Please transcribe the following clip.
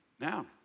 Now